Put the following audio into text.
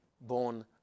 born